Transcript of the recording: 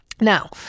Now